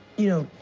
you know,